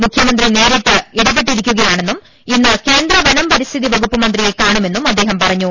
മുഖ്യമന്ത്രി നേരിട്ടു ഇടപെട്ടിരി ക്കുകയാണെന്നും ഇന്ന് കേന്ദ്ര വനം പരിസ്ഥിതി വകുപ്പ് മന്ത്രിയെ കാണുമെന്നും അദ്ദേഹം പറഞ്ഞു